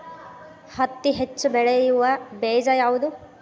ಹತ್ತಿ ಹೆಚ್ಚ ಬೆಳೆಯುವ ಬೇಜ ಯಾವುದು?